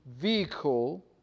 vehicle